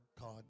God